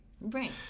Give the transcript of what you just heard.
Right